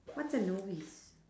what's a novice